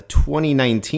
2019